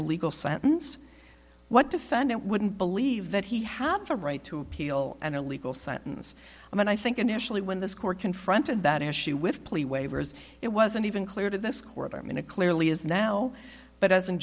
illegal sentence what defendant wouldn't believe that he have a right to appeal an illegal sentence and i think initially when this court confronted that issue with plea waivers it wasn't even clear to the squirt i mean it clearly is now but as